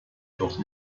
doch